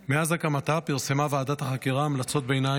מאז הקמתה פרסמה ועדת החקירה המלצות ביניים,